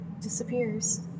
disappears